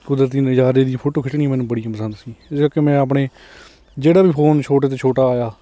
ਕੁਦਰਤੀ ਨਜ਼ਾਰੇ ਦੀਆਂ ਫੋਟੋਆਂ ਖਿੱਚਣਾ ਮੈਨੂੰ ਬੜੀਆ ਪਸੰਦ ਸੀ ਜਿੱਦਾਂ ਕਿ ਮੈਂ ਆਪਣੇ ਜਿਹੜਾ ਵੀ ਫੋਨ ਛੋਟੇ ਤੋਂ ਛੋਟਾ ਆਇਆ